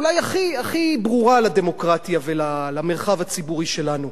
ואולי הכי ברורה לדמוקרטיה ולמרחב הציבורי שלנו,